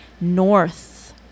north